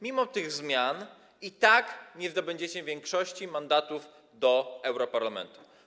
Mimo tych zmian i tak nie zdobędziecie większości mandatów do europarlamentu.